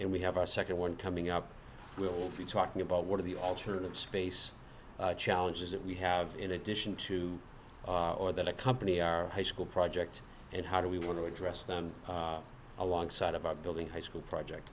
and we have our second one coming up we'll be talking about one of the alternative space challenges that we have in addition to or that accompany our high school project and how do we want to address them alongside of our building high school project